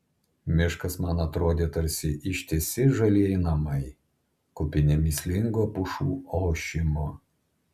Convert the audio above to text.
miškas man atrodė tarsi ištisi žalieji namai kupini mįslingo pušų ošimo